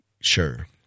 Sure